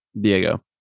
Diego